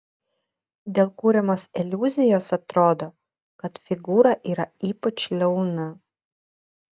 dėl kuriamos iliuzijos atrodo kad figūra yra ypač liauna